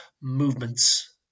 movements